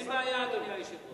אין בעיה, אדוני היושב-ראש.